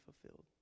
fulfilled